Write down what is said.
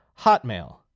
Hotmail